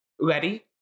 READY